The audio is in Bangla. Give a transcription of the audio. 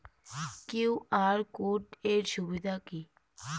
কিউ.আর কোড এর সুবিধা কি?